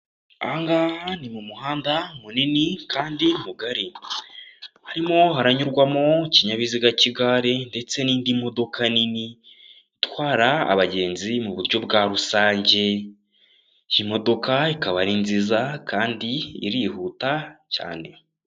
Aha ngaha ni mu muhanda munini kandi mugari harimo haranyurwamo ikinyabiziga cy'igare ndetse n'indi modoka nini itwara abagenzi muburyo bwa rusange, iyi modoka ikaba ari nziza kandi irihuta cyane.